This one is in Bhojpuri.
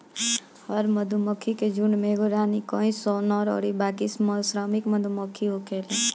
हर मधुमक्खी के झुण्ड में एगो रानी, कई सौ नर अउरी बाकी श्रमिक मधुमक्खी होखेले